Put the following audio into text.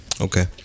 okay